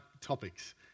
topics